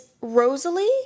Rosalie